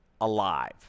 alive